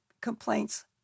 complaints